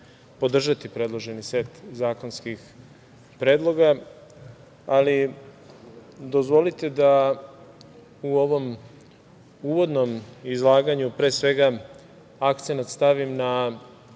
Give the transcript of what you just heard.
podržati predloženi set zakonskih predloga, ali dozvolite da u ovom uvodnom izlaganju pre svega akcenat stavim na